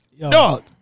dog